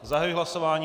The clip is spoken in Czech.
Zahajuji hlasování.